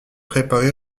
préparé